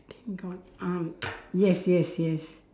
wedding gown um yes yes yes